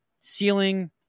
ceiling